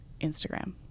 Instagram